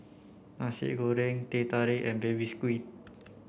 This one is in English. Nasi Goreng Teh Tarik and baby squid